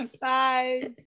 Bye